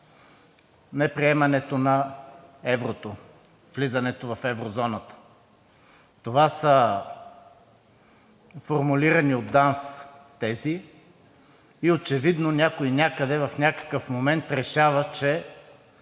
неприемането на еврото, влизането в еврозоната. Това са формулирани от ДАНС тези и очевидно някой някъде в някакъв момент решава, че